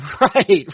Right